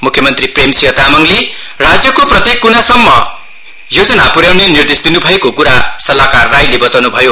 म्ख्य मन्त्री प्रेम सिंह तामाङले राज्यको प्रत्येक कुनासम्म योजना पुर्याउने निर्देश दिन्भएको कुरा सल्लाहकार राईले बताउनुभयो